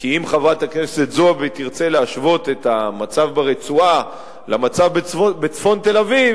כי אם חברת הכנסת זועבי תרצה להשוות את המצב ברצועה למצב בצפון תל-אביב,